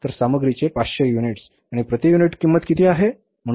तर सामग्रीची 500 युनिट्स आणि प्रति युनिट किंमत किती आहे